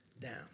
down